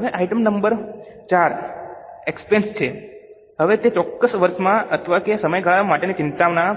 હવે item number IV expense છે હવે તે ચોક્કસ વર્ષમાં અથવા તે સમયગાળા માટેના ચિંતાના